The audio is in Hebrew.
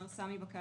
מר סמי בקלש,